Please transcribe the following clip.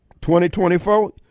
2024